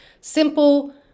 Simple